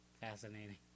Fascinating